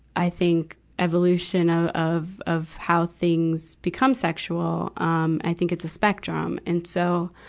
i think evolution of, of, of how things become sexual. um i think it's a spectrum. and so,